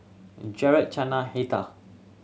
Gerard Chana Heather